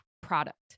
product